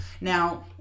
Now